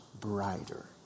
brighter